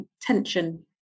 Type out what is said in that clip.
tension